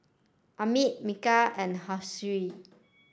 Amit Milkha and